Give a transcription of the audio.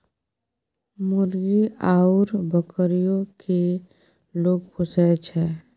मुर्गा आउर बकरीयो केँ लोग पोसय छै